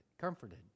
comforted